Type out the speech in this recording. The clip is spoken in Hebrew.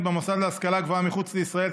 במוסד להשכלה גבוהה מחוץ לישראל),